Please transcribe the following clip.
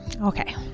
Okay